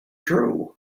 true